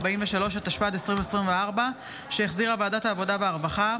אושרה בקריאה טרומית ותעבור לוועדת החוקה,